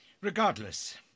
Regardless